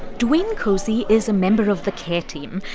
dawaine cosey is a member of the care team.